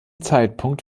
zeitpunkt